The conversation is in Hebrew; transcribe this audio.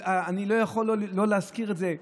אני לא יכול שלא להזכיר את זה,